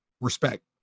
respect